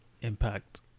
impact